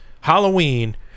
Halloween